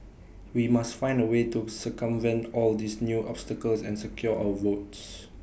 we must find A way to circumvent all these new obstacles and secure our votes